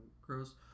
gross